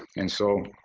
and so,